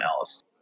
else